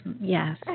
Yes